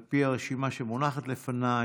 על פי הרשימה שמונחת לפניי: